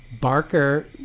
Barker